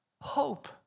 hope